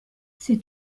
ces